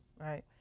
Right